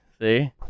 See